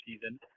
season